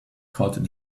called